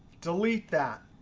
delete that.